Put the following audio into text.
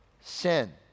sin